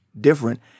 different